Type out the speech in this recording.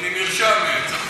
אני נרשם.